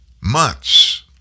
months